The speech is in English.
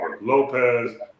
Lopez